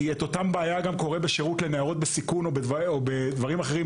כי אותה בעיה גם קורית בשירות לנערות בסיכון או בדברים אחרים,